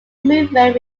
movement